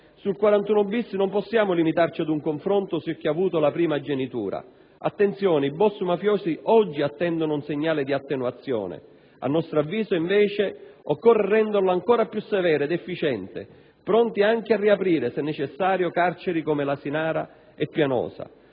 41-*bis* non possiamo limitarci ad un confronto su chi ha avuto la primogenitura. Attenzione, i boss mafiosi oggi attendono un segnale di attenuazione. A nostro avviso, invece, occorre renderlo ancora più severo ed efficiente, pronti anche a riaprire, se necessario, carceri come l'Asinara e Pianosa.